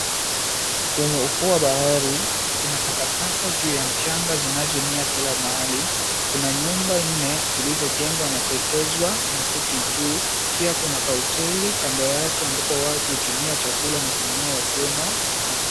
Kwenye ufuo wa bahari, kuna takataka juu ya mchanga zinazoenea kila mahali. Kuna nyumba nne zilizojengwa na kuwekezwa makuti juu, pia kuna kahoteli kando yake ambapo watu hutumia chakula na kununua wakiwemo.